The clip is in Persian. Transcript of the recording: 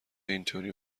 اینطوری